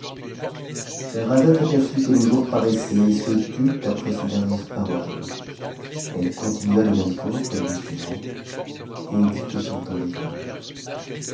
scheherazade s'aperçut que le jour paraissait et se tut après ces dernières paroles elle continua le même conte la nuit suivante et dit au sultan des indes